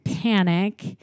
panic